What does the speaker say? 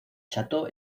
château